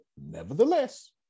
nevertheless